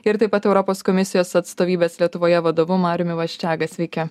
ir taip pat europos komisijos atstovybės lietuvoje vadovu mariumi vaščega sveiki